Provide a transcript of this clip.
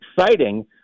exciting